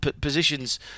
positions